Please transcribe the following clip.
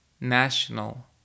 national